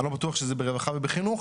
אני לא בטוח שזה ברווחה ובחינוך,